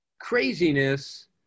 craziness